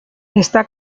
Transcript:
está